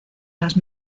las